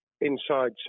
inside